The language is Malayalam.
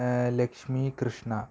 ലക്ഷ്മി കൃഷ്ണ